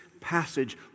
passage